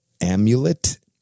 amulet